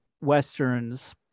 Westerns